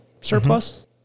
surplus